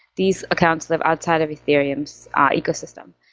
these accounts live outside of ethereum's ecosystem.